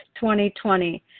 2020